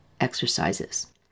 exercises